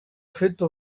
ufite